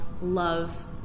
love